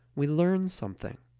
we learn something.